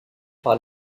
par